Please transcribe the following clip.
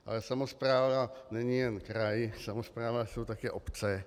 Ale samospráva není jen kraj, samospráva jsou také obce.